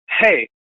hey